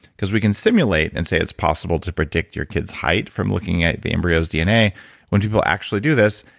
because we can simulate and say it's possible to predict your kid's height from looking at the embryo's dna when people actually do this,